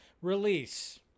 release